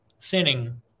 thinning